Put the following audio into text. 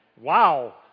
Wow